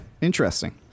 interesting